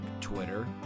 Twitter